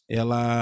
ela